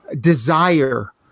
desire